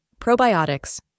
Probiotics